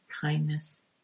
kindness